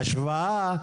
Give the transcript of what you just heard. ההשוואה,